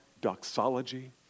doxology